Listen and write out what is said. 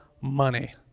money